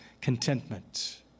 contentment